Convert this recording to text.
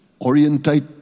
orientate